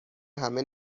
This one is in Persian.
همه